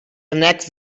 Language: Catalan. annex